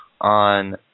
on